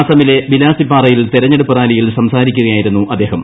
അസ്സമിലെ ബിലാസിപ്പാറയിൽ തെരഞ്ഞെടുപ്പ് റാലിയിൽ സംസാരിക്കുകയായിരുന്നുട് അദ്ദേഹം